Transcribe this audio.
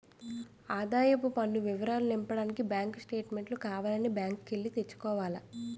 ఆదాయపు పన్ను వివరాలు నింపడానికి బ్యాంకు స్టేట్మెంటు కావాల బ్యాంకు కి ఎల్లి తెచ్చుకోవాల